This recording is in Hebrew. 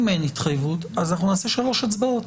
אם אין התחייבות, נעשה שלוש הצבעות.